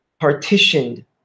partitioned